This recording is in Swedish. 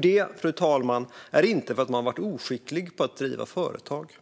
Det, fru talman, är inte för att man har varit oskicklig på att driva företag.